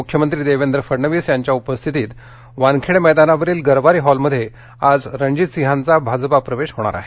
मुख्यमंत्री देवेंद्र फडणवीस यांच्या उपस्थितीत वानखेडे स्टेडियमवरील गरवारे हॉलमध्ये आज रणजीतसिंहांचा भाजप प्रवेश होणार आहे